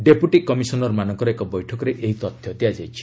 deputy କମିଶନରମାନଙ୍କର ଏକ ବୈଠକରେ ଏହି ତଥ୍ୟ ଦିଆଯାଇଛି